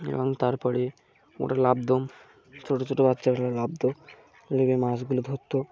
এবং তারপরে ওরা নামতো ছোটো ছোটো বাচ্চারা নামতো লেবে মাছগুলো ধত্তো